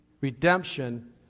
Redemption